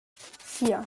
vier